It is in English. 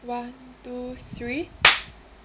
one two three